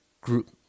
group